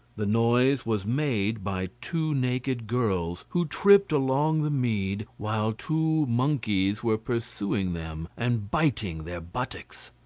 the noise was made by two naked girls, who tripped along the mead, while two monkeys were pursuing them and biting their buttocks.